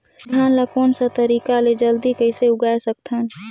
धान ला कोन सा तरीका ले जल्दी कइसे उगाय सकथन?